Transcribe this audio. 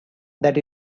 that